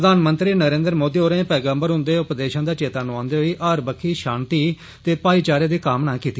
प्रधानमंत्री नरेन्द्र मोदी होरें बी पैगम्बर हुन्दे उपदेशें दा चेत्ता नुआन्दे होई हर बक्खी शांति ते भाईचारे दी कामना कीती